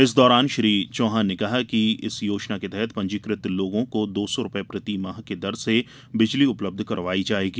इस दौरान श्री चौहान ने कहा कि इस योजना के तहत पंजीकृत लोगों को दौ सौ रूपये प्रतिमाह की दर से बिजली उपलब्ध कराई जायेगी